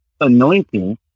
anointing